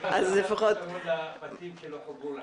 זה צמוד לבתים שלא חוברו לחשמל.